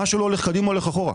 מה שלא הולך קדימה הולך אחורה.